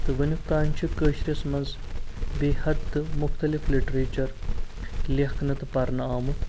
تہٕ وُنیُکتانۍ چھِ کٲشِرِس منٛز بےٚ حد تہٕ مُختلِف لِٹریچَر لیٚکھنہٕ تہٕ پرنہٕ آمُت